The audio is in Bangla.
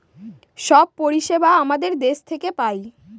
সব পরিষেবা আমাদের দেশ থেকে পায়